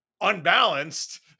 unbalanced